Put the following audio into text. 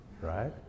right